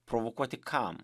provokuoti kam